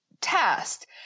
test